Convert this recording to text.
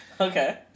Okay